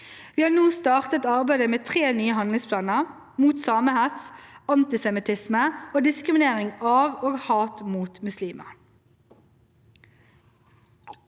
Vi har nå startet arbeidet med tre nye handlingsplaner: mot samehets, mot antisemittisme og mot diskriminering av og hat mot muslimer.